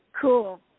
Cool